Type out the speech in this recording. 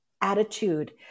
attitude